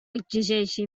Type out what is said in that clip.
exigeixi